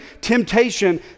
temptation